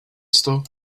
still